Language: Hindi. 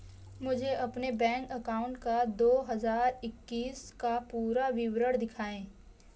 मुझे अपने बैंक अकाउंट का दो हज़ार इक्कीस का पूरा विवरण दिखाएँ?